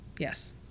yes